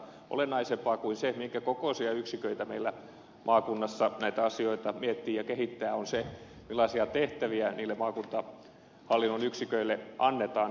olennaisempaa kuin se minkä kokoisia yksiköitä meillä maakunnassa on näitä asioita miettimässä ja kehittämässä on se millaisia tehtäviä niille maakuntahallinnon yksiköille annetaan